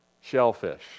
shellfish